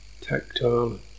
tactile